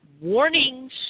warnings